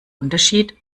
unterschied